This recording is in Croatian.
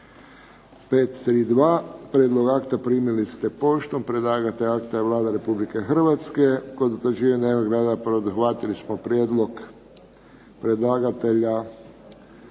532 Prijedlog akta primili ste poštom. Predlagatelj akta je Vlada Republike Hrvatske. Kod utvrđivanja dnevnog reda prihvatili smo prijedlog predlagatelja